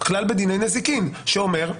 כלל בדיני נזיקין שאומר,